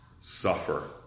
suffer